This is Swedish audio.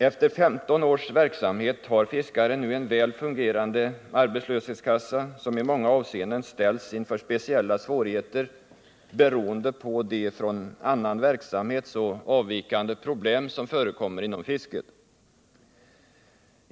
Efter 15 års verksamhet har fiskare nu en väl fungerande arbetslöshetskassa, som i många avseenden ställs inför speciella svårigheter beroende på de från annan verksamhet så avvikande problem som förekommer inom fisket.